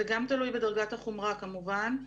זה גם תלוי בדרגת החומרה כמובן,